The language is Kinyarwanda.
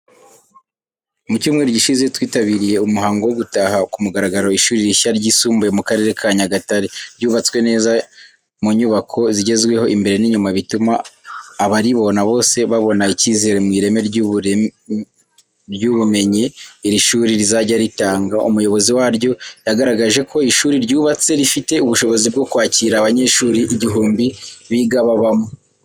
Mu cyumweru gishize, twitabiriye umuhango wo gutaha ku mugaragaro ishuri rishya ryisumbuye mu Karere ka Nyagatare, ryubatswe neza mu nyubako zigezweho imbere n’inyuma, bituma abaribona bose babona icyizere mu ireme ry’ubumenyi iri shuri rizajya ritanga. Umuyobozi waryo yagaragaje ko ishuri ryubatswe, rifite ubushobozi bwo kwakira abanyeshuri igihumbi biga babamo.